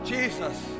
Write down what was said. Jesus